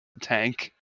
Tank